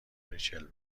ریچل